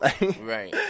right